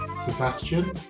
Sebastian